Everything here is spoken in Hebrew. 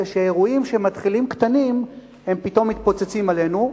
וזה שאירועים שמתחילים קטנים פתאום מתפוצצים עלינו.